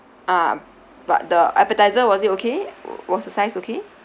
ah but the appetiser was it okay was the size okay